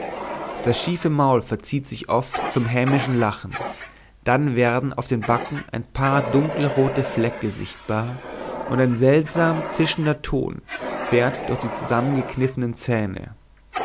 das schiefe maul verzieht sich oft zum hämischen lachen dann werden auf den backen ein paar dunkelrote flecke sichtbar und ein seltsam zischender ton fährt durch die zusammengekniffenen zähne